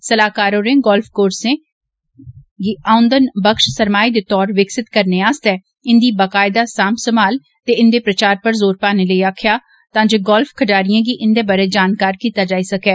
सलाहकार होरें गोल्फ कोर्सें गी आऊंदन बख्श सरमाए दे तौर विकसित करने आस्तै इंदी बाकायदा सांभ संभाल पर ते इंदे प्रचार पर जोर पाने लेई आक्खेआ तां जे गोल्फ खडारिएं गी इंदे बारै जानकार कीता जाई सकैं